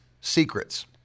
secrets